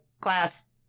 class